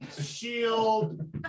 Shield